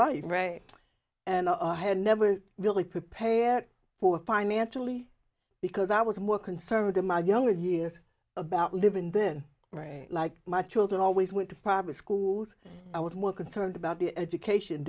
life and i had never really prepare for financially because i was more conservative my younger years about living then like my children always went to private schools i was more concerned about the education